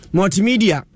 Multimedia